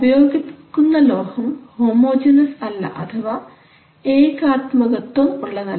ഉപയോഗിക്കുന്ന ലോഹം ഹോമോജനസ് അല്ല അഥവാ ഏകാത്മകത്വം ഉള്ളതല്ല